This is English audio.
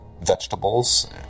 vegetables